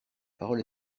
parole